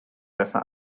besser